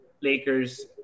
Lakers